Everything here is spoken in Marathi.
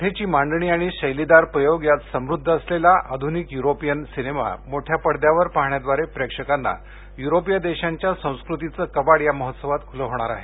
कथेची मांडणी आणि शैलीदार प्रयोग यात समृद्ध असलेला आधुनिक युरोपियन सिनेमा मोठ्या पडद्यावर पाहण्याद्वारे प्रेक्षकांना युरोपिय देशांच्या संस्कृतीचं कवाड या महोत्सवात खुलं होणार आहे